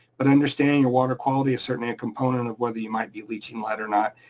but understanding your water quality, a certain and component of whether you might be leaching lead or not.